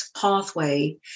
pathway